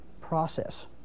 process